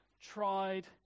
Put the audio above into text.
tried